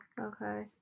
okay